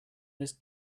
this